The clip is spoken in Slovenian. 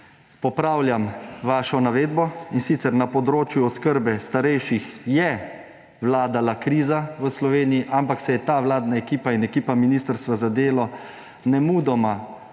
Popravljam vašo navedbo, in sicer na področju oskrbe starejših je vladala kriza v Sloveniji, ampak se je ta vladna ekipa in ekipa ministrstva za delo nemudoma